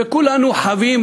וכולנו חווים,